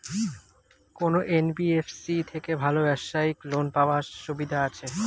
কোন এন.বি.এফ.সি থেকে ভালো ব্যবসায়িক লোন পাওয়ার সুবিধা আছে?